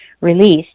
released